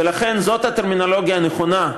לכן זאת הטרמינולוגיה הנכונה,